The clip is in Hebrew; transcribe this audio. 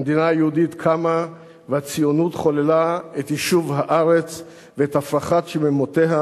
המדינה היהודית קמה והציונות חוללה את יישוב הארץ ואת הפרחת שממותיה,